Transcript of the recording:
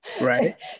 Right